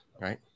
right